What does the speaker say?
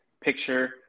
picture